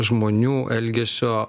žmonių elgesio